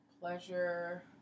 pleasure